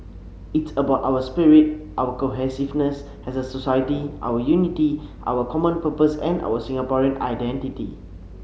it's about our spirit our cohesiveness as a society our unity our common purpose and our Singaporean identity